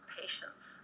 patience